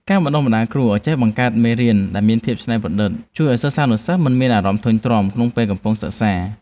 ការបណ្តុះបណ្តាលគ្រូឱ្យចេះបង្កើតមេរៀនដែលមានភាពច្នៃប្រឌិត ជួយឱ្យសិស្សានុសិស្សមិនមានអារម្មណ៍ធុញទ្រាន់ក្នុងពេលកំពុងសិក្សា។